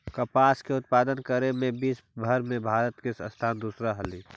कपास के उत्पादन करे में विश्वव भर में भारत के स्थान दूसरा हइ